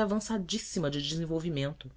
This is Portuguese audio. avançadíssima de desenvolvimento